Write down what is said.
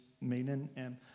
meaning